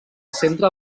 centre